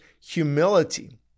humility